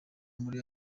muri